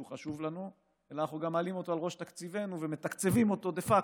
חשוב לנו אלא גם אנחנו מעלים אותו על ראש תקציבנו ומתקצבים אותו דה פקטו.